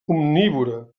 omnívora